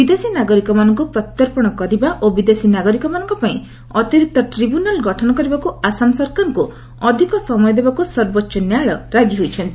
ବିଦେଶୀ ନାଗରିକମାନଙ୍କୁ ପ୍ରତ୍ୟର୍ପଣ କରିବା ଓ ବିଦେଶୀ ନାଗରିକମାନଙ୍କ ପାଇଁ ଅତିରିକ୍ତ ଟ୍ରିବ୍ୟୁନାଲ୍ ଗଠନ କରିବାକୁ ଆସାମ ସରକାରଙ୍କୁ ଅଧିକ ସମୟ ଦେବାକୁ ସର୍ବୋଚ୍ଚ ନ୍ୟାୟାଳୟ ରାଜି ହୋଇଛନ୍ତି